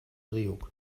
driehoek